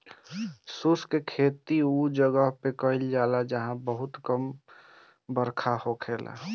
शुष्क खेती उ जगह पे कईल जाला जहां बहुते कम बरखा होखेला